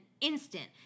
instant